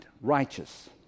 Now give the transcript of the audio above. righteous